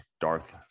Darth